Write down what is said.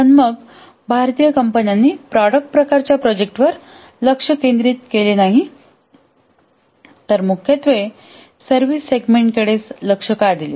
पण मग भारतीय कंपन्यांनी प्रॉडक्ट प्रकारच्या प्रोजेक्टवर लक्ष केंद्रित केले नाही तर मुख्यत्वे सर्व्हिस सेगमेंटकडेच लक्ष का दिले